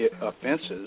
offenses